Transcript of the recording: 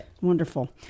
Wonderful